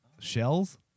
Shells